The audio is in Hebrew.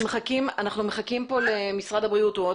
אנחנו מחכים לנציג משרד הבריאות שעוד